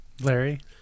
Larry